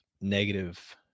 negative